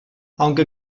aunque